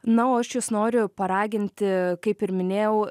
na o aš jus noriu paraginti kaip ir minėjau